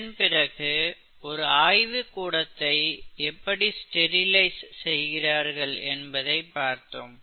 இதன் பிறகு ஒரு ஆய்வுக் கூடத்தை எப்படி ஸ்டெரிலைஸ் செய்கிறார்கள் என்பதைப் பார்த்தோம்